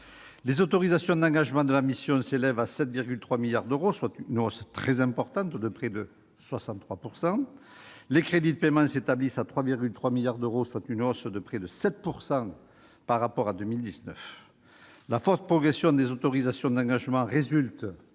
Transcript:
Les autorisations d'engagement de la mission s'élèvent à 7,3 milliards d'euros, soit une hausse très importante, de près de 63 %. Les crédits de paiement s'établissent à 3,3 milliards d'euros, soit une augmentation de près de 7 % par rapport à 2019. La forte progression des autorisations d'engagement résulte